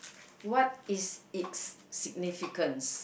what is it's significance